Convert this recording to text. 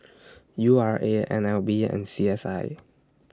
U R A N L B and C S I